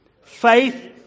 Faith